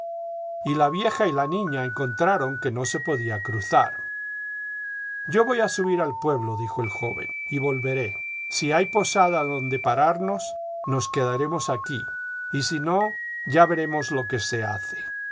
pestilente la vieja y la niña encontraron que no se podía cruzar yo voy a subir al pueblo dijo el joven y volveré si hay posada donde pararnos nos quedaremos aquí y si no ya veremos lo que se hace